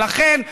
ולכן,